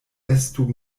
estu